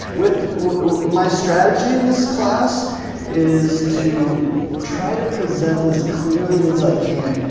with my strategy in this class is to try to present as clearly as i can,